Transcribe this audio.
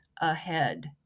ahead